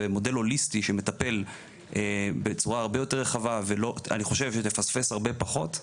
מודל הוליסטי שמטפל בצורה הרבה יותר רחבה ואני חושב שמפספס הרבה פחות,